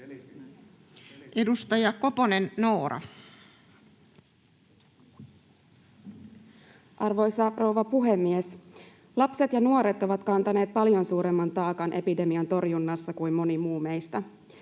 Edustaja Koponen, Noora. Arvoisa rouva puhemies! Lapset ja nuoret ovat kantaneet paljon suuremman taakan epidemian torjunnassa kuin moni muu meistä.